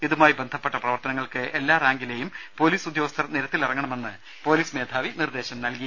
ഇതുമായി ബന്ധപ്പെട്ട പ്രവർത്തനങ്ങൾക്ക് എല്ലാ റാങ്കിലേയും പൊലീസ് ഉദ്യോഗസ്ഥർ നിരത്തിലിറങ്ങണമെന്ന് പൊലീസ് മേധാവി നിർദേശിച്ചു